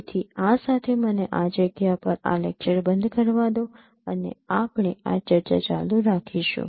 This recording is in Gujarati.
તેથી આ સાથે મને આ જગ્યા પર આ લેક્ચર બંધ કરવા દો અને આપણે આ ચર્ચા ચાલુ રાખીશું